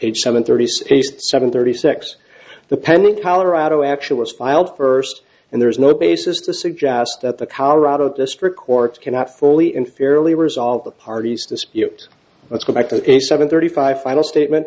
page seven thirty spaced seven thirty six the pending colorado action was filed first and there is no basis to suggest that the colorado district court cannot fully and fairly resolve the parties dispute let's go back to a seven thirty five final statement